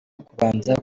kubanza